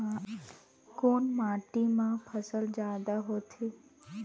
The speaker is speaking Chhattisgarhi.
कोन माटी मा फसल जादा होथे?